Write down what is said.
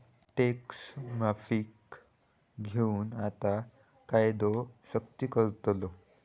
tax माफीक घेऊन आता कायदो सख्ती करतलो